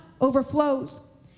overflows